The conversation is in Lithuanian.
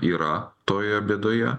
yra toje bėdoje